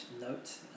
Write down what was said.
note